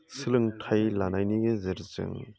सोलोंथाइ लानायनि गेजेरजों